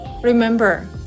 Remember